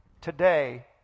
today